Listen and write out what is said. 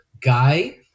guy